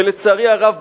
ולצערי הרב,